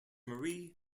marie